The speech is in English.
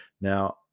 Now